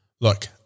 Look